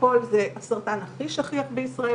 כאן זה איפה אנחנו נמצאים בכל העולם,